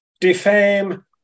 Defame